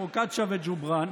פרוקצ'ה וג'ובראן,